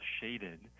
shaded